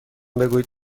بگویید